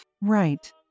Right